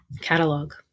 catalog